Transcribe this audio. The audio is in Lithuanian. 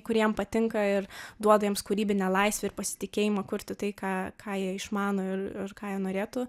kurie jam patinka ir duoda jiems kūrybinę laisvę ir pasitikėjimą kurti tai ką ką jie išmano ir ir ką jie norėtų